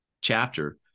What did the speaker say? chapter